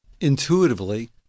intuitively